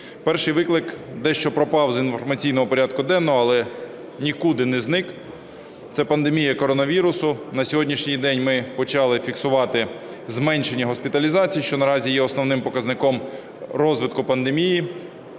Перший виклик дещо пропав з інформаційного порядку денного, але нікуди не зник – це пандемія коронавірусу. На сьогоднішній день ми почали фіксувати зменшення госпіталізацій, що наразі є основним показником розвитку пандемії.